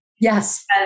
Yes